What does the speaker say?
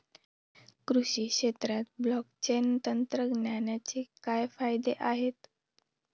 कृषी क्षेत्रात ब्लॉकचेन तंत्रज्ञानाचे काय फायदे आहेत?